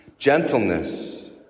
gentleness